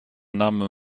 name